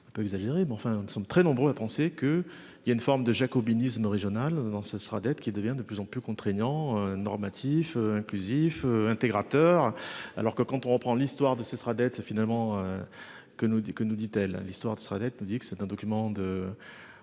Un peu exagéré mais enfin on ne sont très nombreux à penser que il y a une forme de jacobinisme régional dans ce sera dette qui devient de plus en plus contraignant normatif inclusif intégrateur alors que quand on reprend l'histoire de ce sera d'être finalement. Que nous dit que nous dit-elle. L'histoire de sa dette nous dit que c'est un document de.